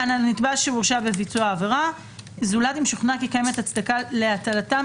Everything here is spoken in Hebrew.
"על הנתבע שהורשע בביצוע עבירה זולת אם שוכנע כי קיימת הצדקה להטלתם